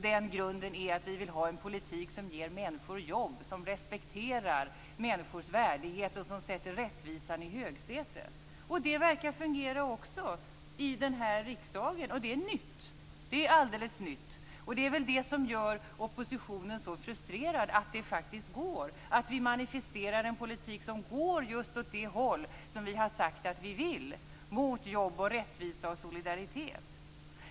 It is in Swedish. Den grunden är att vi vill ha en politik som ger människor jobb, som respekterar människors värdighet och som sätter rättvisan i högsätet. Det verkar fungera också i riksdagen, och det är alldeles nytt. Det är väl det som gör oppositionen så frustrerad, just att detta går och att vi manifesterar en politik som går åt det håll som vi har sagt att vi vill, dvs. mot jobb, rättvisa och solidaritet.